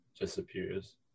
disappears